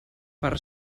per